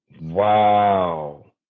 Wow